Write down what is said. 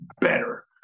better